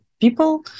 people